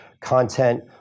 content